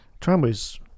Tramway's